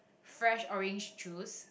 fresh orange juice